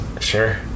sure